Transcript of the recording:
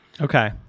Okay